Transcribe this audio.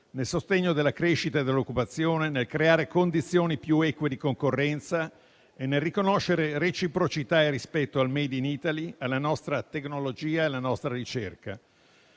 nel sostegno della crescita e dell'occupazione, nel creare condizioni più eque di concorrenza e nel riconoscere reciprocità e rispetto al *made in Italy*, alla nostra tecnologia e alla nostra ricerca.